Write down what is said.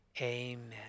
amen